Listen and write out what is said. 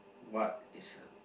what is